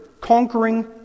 conquering